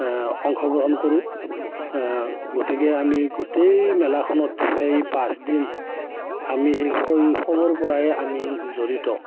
অংশগ্ৰহণ কৰোঁ গতিকে আমি গোটেই মেলাখনত এই পাঁচদিন আমি সেই শৈশৱৰ পৰাই আমি জড়িত